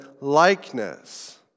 likeness